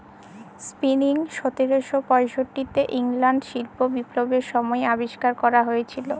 spinning সতেরোশো পয়ষট্টি তে ইংল্যান্ডে শিল্প বিপ্লবের সময় আবিষ্কার করা হয়েছিল